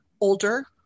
older